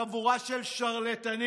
חבורה של שרלטנים,